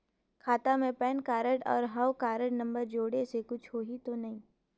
खाता मे PAN card और हव कारड नंबर जोड़े से कुछ होही तो नइ?